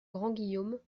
grandguillaume